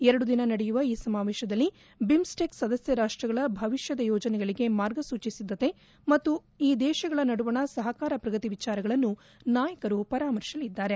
ಎರಡು ದಿನ ನಡೆಯುವ ಈ ಸಮಾವೇಶದಲ್ಲಿ ಬಿಮ್ಸ್ಟೆಕ್ ಸದಸ್ಯ ರಾಷ್ಟ್ರಗಳ ಭವಿಷ್ಯದ ಯೋಜನೆಗಳಿಗೆ ಮಾರ್ಗಸೂಚಿ ಸಿದ್ದತೆ ಮತ್ತು ಈ ದೇಶಗಳ ನಡುವಣ ಸಹಕಾರ ಪ್ರಗತಿ ವಿಚಾರಗಳನ್ನು ನಾಯಕರು ಪರಾಮರ್ಶಿಸಲಿದ್ದಾರೆ